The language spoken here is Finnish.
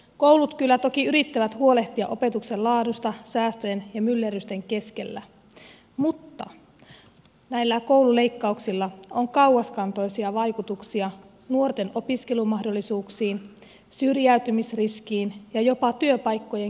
koulut kyllä toki yrittävät huolehtia opetuksen laadusta säästöjen ja myllerrysten keskellä mutta näillä koululeikkauksilla on kauaskantoisia vaikutuksia nuorten opiskelumahdollisuuksiin syrjäytymisriskiin ja jopa työpaikkojen keskittymiseen